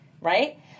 Right